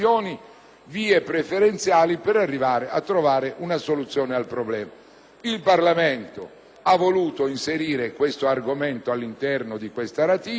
Il Parlamento ha voluto inserire tale argomento all'interno della presente ratifica